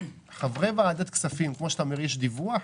כאשר יש דיווח,